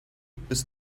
bis